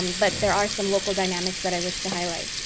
but there are some local dynamics that i wish to highlight.